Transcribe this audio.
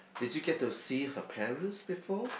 did you get to see her parents before